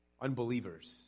unbelievers